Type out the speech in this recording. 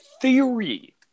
theory